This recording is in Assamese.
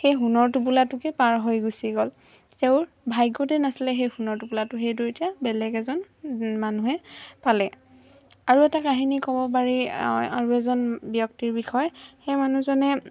সেই সোণৰ টোপোলাটোকে পাৰ হৈ গুচি গ'ল তেওঁৰ ভাগ্যতে নাছিলে সেই সোণৰ টোপলাটো সেইটো এতিয়া বেলেগ এজন মানুহে পালে আৰু এটা কাহিনী ক'ব পাৰি আৰু এজন ব্যক্তিৰ বিষয় সেই মানুহজনে